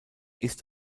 ist